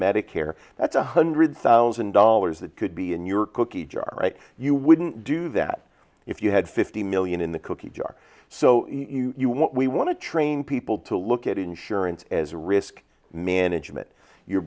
medicare that's one hundred thousand dollars that could be in your cookie jar you wouldn't do that if you had fifty million in the cookie jar so we want to train people to look at insurance as a risk management you